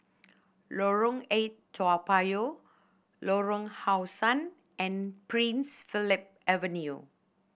Lorong Eight Toa Payoh Lorong How Sun and Prince Philip Avenue